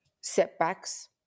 setbacks